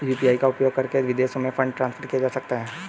UPI का उपयोग करके विदेशों में फंड ट्रांसफर किया जा सकता है?